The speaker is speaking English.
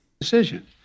Decision